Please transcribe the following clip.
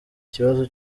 ikibazo